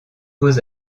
beaux